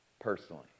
personally